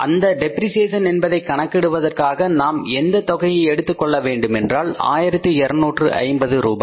அந்த டெப்ரிஸியேஷன் என்பதை கணக்கிடுவதற்காக நாம் எந்த தொகையை எடுக்க வேண்டுமென்றால் 1250 ரூபாய்